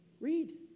Read